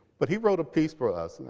but he wrote a piece for us.